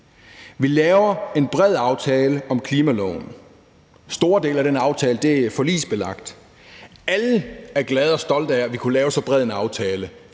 Vi laver en bred aftale om klimaloven, store dele af den aftale er forligsbelagt. Alle er glade for og stolte af, at vi kunne lave så bred en aftale.